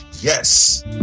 Yes